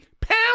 Pam